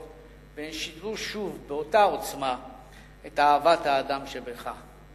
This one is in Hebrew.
והן שידרו שוב באותה עוצמה את אהבת האדם שבך.